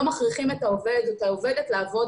לא מכריחים את העובד או את העובדת לעבוד